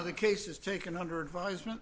the case is taken under advisement